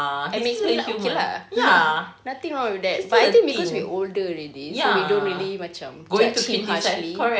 so it's like okay lah kan nothing wrong with that but I think because we older already so we don't really macam judge too harshly